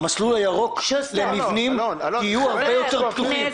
המסלול הירוק למבנים יהיו הרבה יותר פתוחים.